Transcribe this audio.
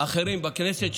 אחרים בכנסת,